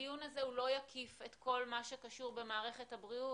הדיון הזה לא יקיף את כול מה שקושר במערכת הבריאות.